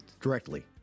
directly